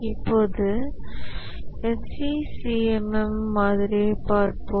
இப்போது SEI CMM மாதிரியைப் பார்ப்போம்